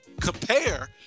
compare